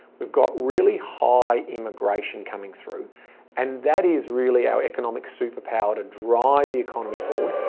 we've got really high immigration coming through and that is really our economic superpower to drive the economy forward.